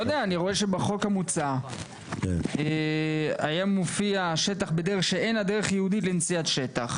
אני רואה שבחוק המוצע הופיע "דרך שאינה ייעודית לנסיעת שטח"